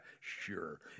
Sure